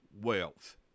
wealth